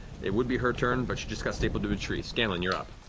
it would be her turn, but she just got stapled to a tree. scanlan, you're up.